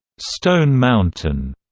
stone mountain,